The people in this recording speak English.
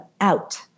out